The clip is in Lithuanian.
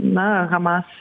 na hamas